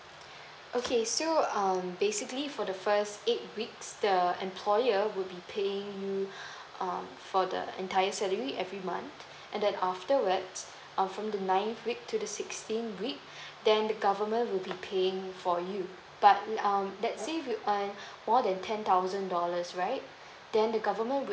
okay so um basically for the first eight weeks the employer will be paying you um for the entire salary week every month and then afterwards um from the nine week to the sixteen week then the government will be paying for you but um that's if uh more than ten thousand dollars right then the government would